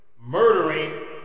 murdering